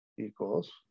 Equals